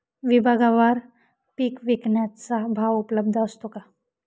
विभागवार पीक विकण्याचा भाव उपलब्ध असतो का?